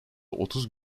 otuz